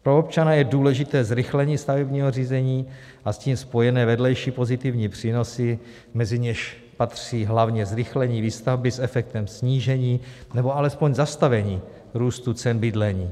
Pro občana je důležité zrychlení stavebního řízení a s tím spojené vedlejší pozitivní přínosy, mezi něž patří hlavně zrychlení výstavby s efektem snížení, nebo alespoň zastavení růstu cen bydlení.